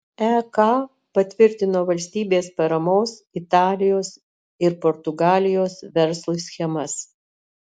ek patvirtino valstybės paramos italijos ir portugalijos verslui schemas